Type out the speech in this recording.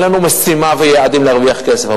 אין לנו משימה ויעדים להרוויח כסף.